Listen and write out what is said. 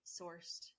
sourced